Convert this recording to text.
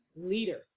leader